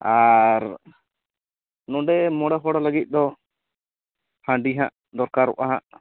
ᱟᱨ ᱱᱚᱸᱰᱮ ᱢᱚᱬᱮ ᱦᱚᱲ ᱞᱟᱹᱜᱤᱫ ᱫᱚ ᱦᱟᱺᱰᱤ ᱦᱟᱜ ᱫᱚᱨᱠᱟᱨᱚᱜᱼᱟ ᱦᱟᱜ